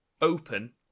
open